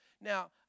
Now